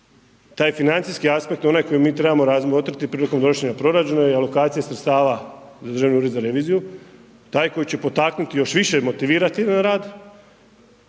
taj financijski aspekt onaj koji mi trebamo razmotriti prilikom donošenja proračuna i alokacije sredstava za Državni ured za reviziju, taj koji će potaknuti još više motivirati rad,